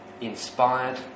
Inspired